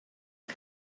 you